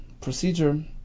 procedure